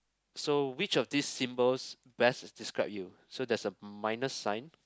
so which of these symbols best describe you so there's a minus sign